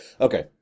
Okay